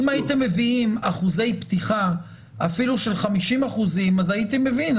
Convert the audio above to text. אם הייתם מביאים אחוזי פתיחה אפילו של 50% אז הייתי מבין,